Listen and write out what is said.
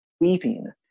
weeping